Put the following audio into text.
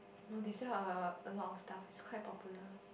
no they sell err a lot of stuff is quite popular